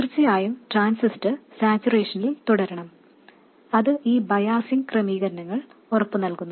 തീർച്ചയായും transistor saturation തുടരണം അത് ഈ ബയാസിങ് ക്രമീകരണങ്ങൾ ഇത് ഉറപ്പുനൽകുന്നു